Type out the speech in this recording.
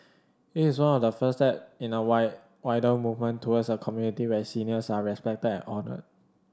it is one of the first step in a why wider movement towards a community where seniors are respected and honoured